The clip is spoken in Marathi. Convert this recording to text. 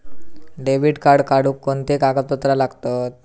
डेबिट कार्ड काढुक कोणते कागदपत्र लागतत?